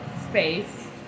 space